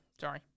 Sorry